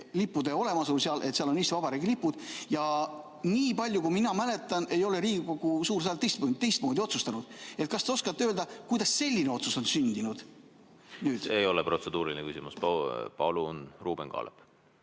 lippude olemasolu üle, et seal on Eesti Vabariigi lipud, ja nii palju kui mina mäletan, ei ole Riigikogu suur saal teistmoodi otsustanud. Kas te oskate öelda, kuidas selline otsus on sündinud? See ei ole protseduuriline küsimus. Palun, Ruuben Kaalep!